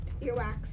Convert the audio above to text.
Earwax